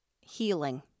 healing